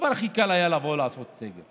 בעוד חודשיים, הדבר הכי קל היה לבוא ולעשות סגר.